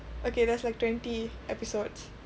okay that's like twenty episodes